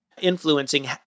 influencing